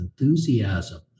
enthusiasm